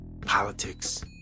Politics